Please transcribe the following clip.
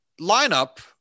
lineup